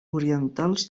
orientals